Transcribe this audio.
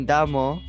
Damo